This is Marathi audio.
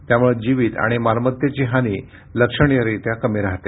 त्यामुळे जीवित आणि मालमत्तेची हानी लक्षणीयरित्या कमी राहते